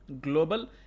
Global